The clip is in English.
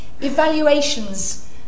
evaluations